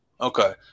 Okay